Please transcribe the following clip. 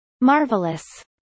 Marvelous